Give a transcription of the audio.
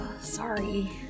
sorry